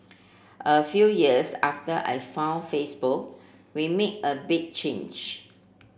a few years after I found Facebook we made a big change